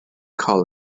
call